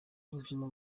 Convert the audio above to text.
ubuzima